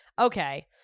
Okay